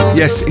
yes